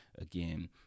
again